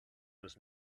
was